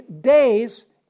days